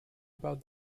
about